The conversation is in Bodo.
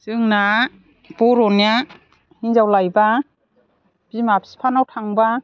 जोंना बर'निया हिनजाव लायब्ला बिमा बिफानाव थांब्ला